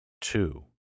two